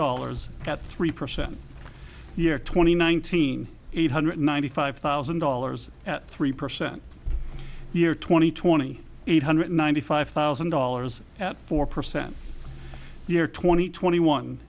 dollars at three percent year twenty nineteen eight hundred ninety five thousand dollars at three percent year twenty twenty eight hundred ninety five thousand dollars at four percent year twenty twenty one